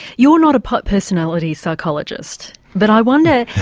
you're not a but personality psychologist but i wonder,